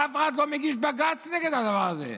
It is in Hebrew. ואף אחד לא מגיש בג"ץ נגד הדבר הזה,